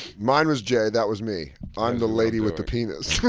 mine was jay, that was me. i'm the lady with the penis.